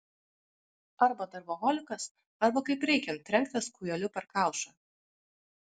arba darboholikas arba kaip reikiant trenktas kūjeliu per kaušą